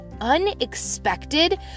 unexpected